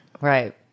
Right